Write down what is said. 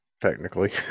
technically